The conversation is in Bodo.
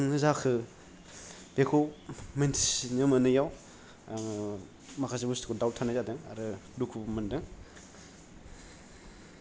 बेफोरखौ नुनो मोनदों दा बेफोर मानि थाखाय जाखो गावनि मेइन बेमारजों जाखो ना कभिदजोंनो जाखो बेखौ मिथिनो मोनैयाव आं माखासे बुसथुखौ दावट थानाय जादों आरो दुखुबो मोनदों